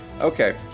Okay